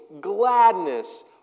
gladness